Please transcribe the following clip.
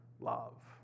love